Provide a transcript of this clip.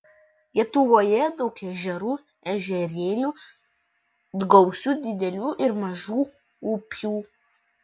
lietuvoje daug ežerų ežerėlių gausu didelių ir mažų upių